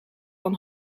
van